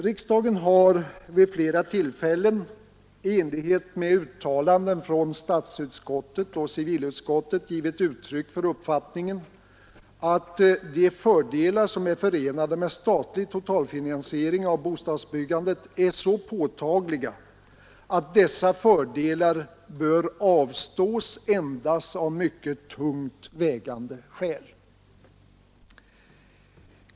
Riksdagen har vid flera tillfällen i enlighet med uttalanden från statsutskottet och civilutskottet givit uttryck för uppfattningen att de fördelar som är förenade med statlig totalfinansiering av bostadsbyggandet är så påtagliga att dessa fördelar inte bör avstås annat än vid mycket tungt vägande skäl.